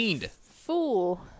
fool